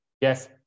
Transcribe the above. Yes